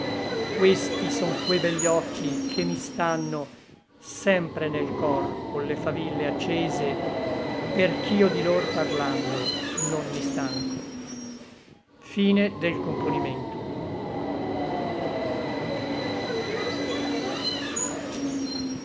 questi son que begli occhi che mi stanno sempre nel cor colle faville accese per ch'io di lor parlando non mi stanco